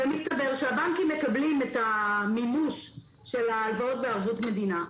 ומסתבר שהבנקים מקבלים את המימוש של ההלוואות בערבות מדינה,